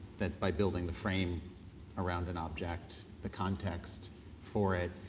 that by building the frame around an object, the context for it,